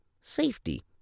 safety